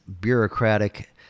bureaucratic